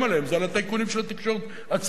עליו זה על הטייקונים של התקשורת עצמם,